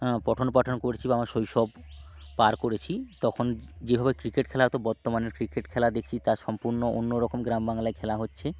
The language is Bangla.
হ্যাঁ পঠন পাঠন করেছি বা আমার শৈশব পার করেছি তখন যে যেভাবে ক্রিকেট খেলা হতো বর্তমানের ক্রিকেট খেলা দেখছি তা সম্পূর্ণ অন্য রকম গ্রাম বাংলায় খেলা হচ্ছে